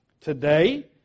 Today